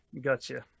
gotcha